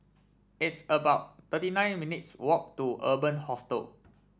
it's about thirty nine minutes' walk to Urban Hostel